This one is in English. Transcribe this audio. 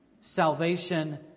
salvation